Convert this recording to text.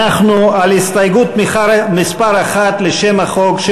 אנחנו מצביעים על הסתייגות מס' 1 לשם החוק,